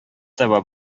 таба